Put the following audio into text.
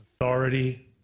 authority